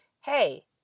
hey